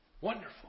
Wonderful